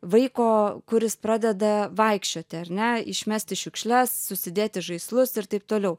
vaiko kuris pradeda vaikščioti ar ne išmesti šiukšles susidėti žaislus ir taip toliau